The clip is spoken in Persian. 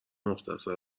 مختصر